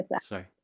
Sorry